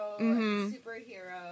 superhero